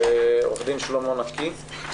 עו"ד שלמה נקי,